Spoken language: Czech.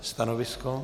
Stanovisko?